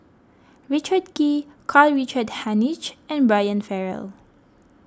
Richard Kee Karl Richard Hanitsch and Brian Farrell